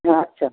হ্যাঁ আচ্ছা